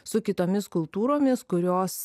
su kitomis kultūromis kurios